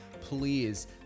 please